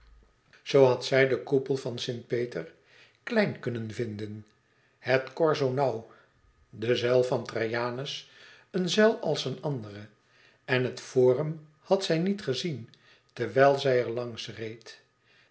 zoo had zij den koepel van st pieter klein kunnen vinden het corso nauw de zuil van trajanus een zuil als een andere en het forum had zij niet gezien terwijl zij er langs reed